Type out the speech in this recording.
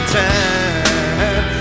time